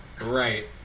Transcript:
Right